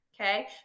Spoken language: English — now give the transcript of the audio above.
okay